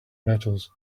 metals